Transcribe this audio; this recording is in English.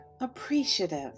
appreciative